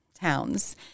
towns